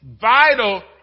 vital